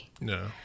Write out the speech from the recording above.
No